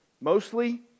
Mostly